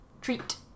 treat